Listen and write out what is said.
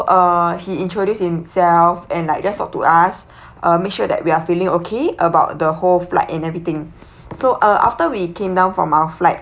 uh he introduced himself and like just talk to us uh make sure that we are feeling okay about the whole flight and everything so uh after we came down from our flight